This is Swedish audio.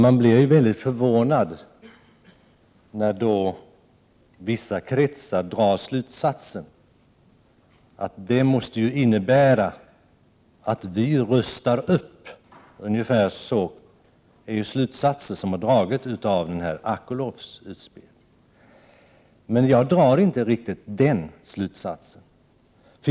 Man blev väldigt förvånad när vissa kretsar drog slutsatsen att det måste innebära att kärnvapenmakterna nu rustar upp. Ungefär den slutsatsen har dragits av Akolovs utspel. Men jag drar inte riktigt denna slutsats.